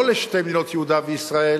לא לשתי מדינות, יהודה וישראל,